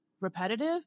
repetitive